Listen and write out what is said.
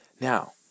Now